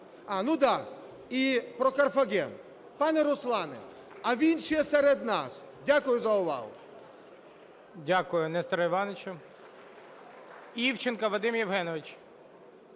А, ну да. І про Карфаген. Пане Руслане, а він ще серед нас. Дякую за увагу. ГОЛОВУЮЧИЙ. Дякую, Несторе Івановичу. Івченко Вадим Євгенович.